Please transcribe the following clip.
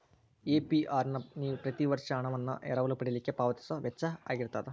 APR ನ ನೇವ ಪ್ರತಿ ವರ್ಷ ಹಣವನ್ನ ಎರವಲ ಪಡಿಲಿಕ್ಕೆ ಪಾವತಿಸೊ ವೆಚ್ಚಾಅಗಿರ್ತದ